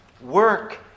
work